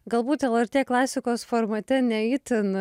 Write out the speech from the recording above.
galbūt lrt klasikos formate ne itin